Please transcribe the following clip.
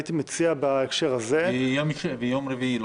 הייתי מציע בהקשר הזה --- ומה ביום רביעי?